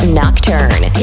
nocturne